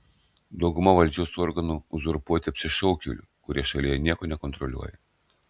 dauguma valdžios organų uzurpuoti apsišaukėlių kurie šalyje nieko nekontroliuoja